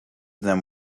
them